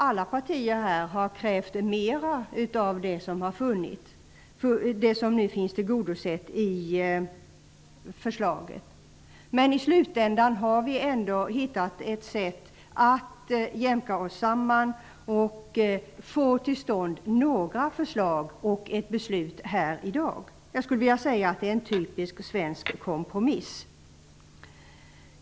Alla partier här har nämligen krävt mera av det som nu har tillgodosetts i förslaget. Men i slutändan har vi ändå hittat ett sätt att jämka oss samman och få till stånd några förslag och ett beslut här i dag. Jag skulle vilja säga att det är en typisk svensk kompromiss.